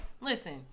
listen